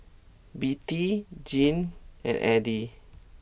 Bette Jeannie and Eddie